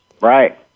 Right